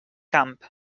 camp